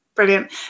Brilliant